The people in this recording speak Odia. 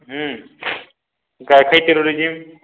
ଗାଈଖାଇ ଟୁରିଜିମ୍